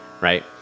right